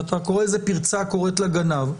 אתה קורא לזה פרצה קוראת לגנב.